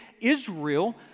Israel